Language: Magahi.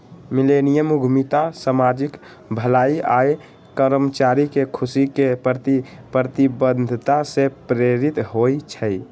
मिलेनियम उद्यमिता सामाजिक भलाई आऽ कर्मचारी के खुशी के प्रति प्रतिबद्धता से प्रेरित होइ छइ